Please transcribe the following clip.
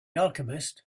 alchemist